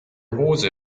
hose